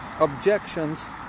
objections